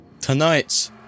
Tonight